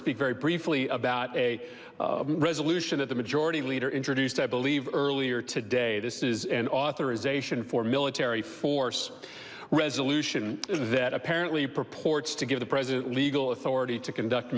speak very briefly about a resolution that the majority leader introduced i believe earlier today this is an authorization for military force resolution that apparently purports to give the president legal authority to conduct